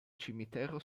cimitero